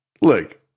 Look